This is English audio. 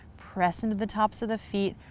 press into the tops of the feet,